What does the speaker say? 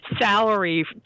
salary